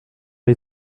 les